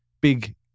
big